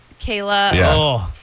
Kayla